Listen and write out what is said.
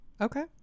okay